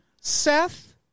Seth